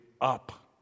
up